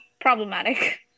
problematic